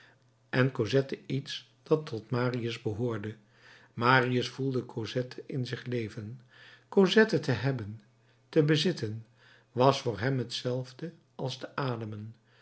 en cosette iets dat tot marius behoorde marius voelde cosette in zich leven cosette te hebben te bezitten was voor hem hetzelfde als te ademen